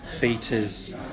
beaters